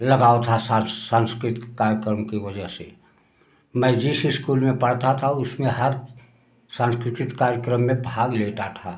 लगाव था सांस्कृतिक कार्यक्रम की वजह से मैं जिस स्कूल में पढ़ता था उसमें हर सांस्कृतिक कार्यक्रम में भाग लेता था